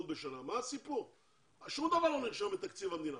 בית ישראלי ממוצע למשק בית אתיופי ממוצע.